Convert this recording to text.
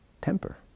temper